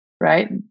Right